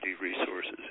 resources